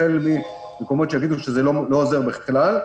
החל ממקומות שיגידו שזה לא עוזר בכלל,